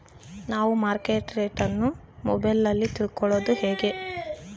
ನಾವು market rate ಅನ್ನು ಮೊಬೈಲಲ್ಲಿ ತಿಳ್ಕಳೋದು ಹೇಗೆ?